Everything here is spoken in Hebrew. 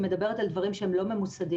היא מדברת על דברים שהם לא ממוסדים.